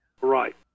Right